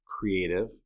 creative